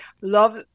love